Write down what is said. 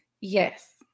Yes